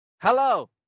Hello